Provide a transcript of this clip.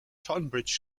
tonbridge